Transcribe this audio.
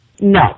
No